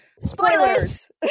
Spoilers